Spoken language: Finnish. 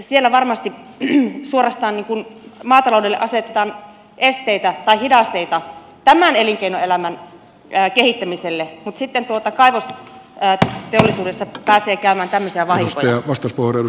siellä varmasti maataloudelle suorastaan asetetaan esteitä tai hidasteita tämän elinkeinoelämän kehittämiselle mutta sitten kaivosteollisuudessa pääsee käymään tämmöisiä vahinkoja